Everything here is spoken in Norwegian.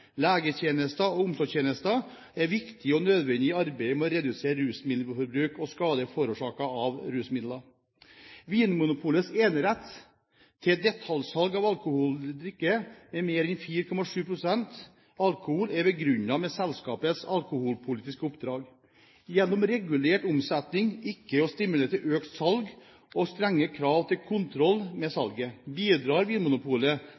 Legetjenester og omsorgstjenester er viktige og nødvendige i arbeidet med å redusere rusmiddelmisbruk og skader forårsaket av rusmidler. Vinmonopolets enerett til detaljsalg av alkoholholdig drikke med mer enn 4,7 pst. alkohol er begrunnet med selskapets alkoholpolitiske oppdrag. Gjennom regulert omsetning, ikke å stimulere til økt salg og strenge krav til kontroll med salget bidrar Vinmonopolet